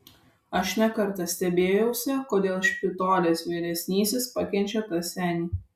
aš ne kartą stebėjausi kodėl špitolės vyresnysis pakenčia tą senį